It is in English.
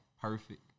perfect